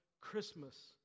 Christmas